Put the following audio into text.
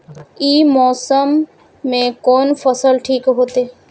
ई मौसम में कोन फसल ठीक होते?